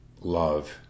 love